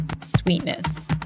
sweetness